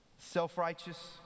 Self-righteous